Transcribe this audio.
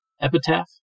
epitaph